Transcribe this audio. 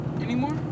anymore